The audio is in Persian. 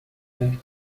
کرد